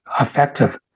effective